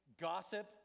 gossip